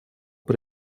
это